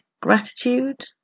gratitude